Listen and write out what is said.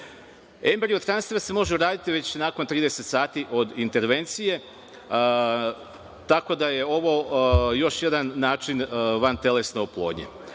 Embriotransfer se može uraditi već nakon 30 sati od intervencije, tako da je ovo još jedan način vantelesne oplodnje.Za